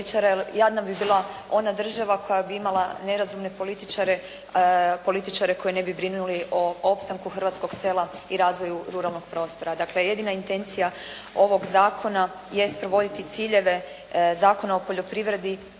jadna bi bila ona država koja bi imala nerazumne političare, političare koji ne bi brinuli o opstanku hrvatskog sela i razvoju ruralnog prostora. Dakle, jedina intencija ovog zakona jest provoditi ciljeve Zakona o poljoprivredi